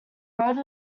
wrote